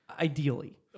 Ideally